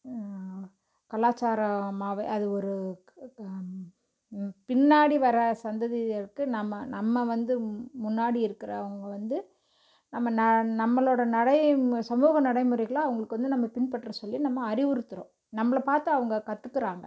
கலாச்சாரமாகவே அது ஒரு பின்னாடி வர சந்ததியருக்கு நம்ம நம்ம வந்து முன்னாடி இருக்கிறவங்க வந்து நம்ம ந நம்மளோடய நடைய சமூக நடைமுறைகளை அவங்களுக்கு வந்து நம்ம பின்பற்ற சொல்லி நம்ம அறிவுறுத்துகிறோம் நம்மள பார்த்து அவங்க கற்றுக்குறாங்க